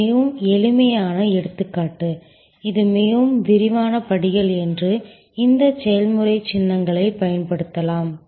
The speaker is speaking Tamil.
இது மிகவும் எளிமையான எடுத்துக்காட்டு இது மிகவும் விரிவான படிகள் என்றால் இந்த செயல்முறை சின்னங்களைப் பயன்படுத்தலாம்